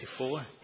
24